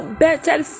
better